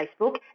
Facebook